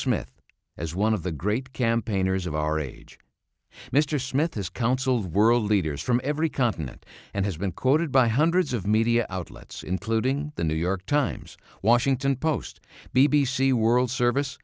smith as one of the great campaigners of our age mr smith has counseled world leaders from every continent and has been quoted by hundreds of media outlets including the new york times washington post b b c world service